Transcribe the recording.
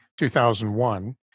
2001